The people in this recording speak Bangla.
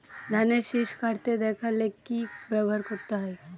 ধানের শিষ কাটতে দেখালে কি ব্যবহার করতে হয়?